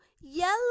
yellow